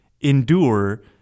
Endure